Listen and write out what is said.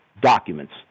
documents